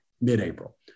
mid-April